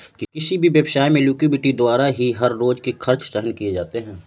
किसी भी व्यवसाय में लिक्विडिटी द्वारा ही हर रोज के खर्च सहन किए जाते हैं